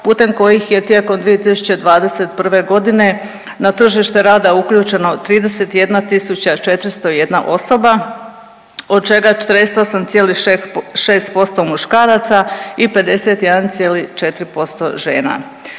putem kojih je tijekom 2021. g. na tržište rada uključeno 31 401 osoba, od čega 48,6% muškaraca i 51,4% žena.